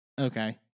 Okay